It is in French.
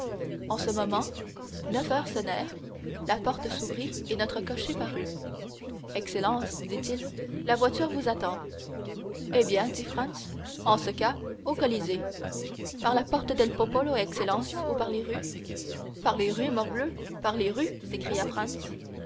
en ce moment neuf heures sonnèrent la porte s'ouvrit et notre cocher parut excellences dit-il la voiture vous attend eh bien dit franz en ce cas au colisée par la porte del popolo excellences ou par les rues par les rues morbleu par les rues s'écria